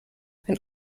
wenn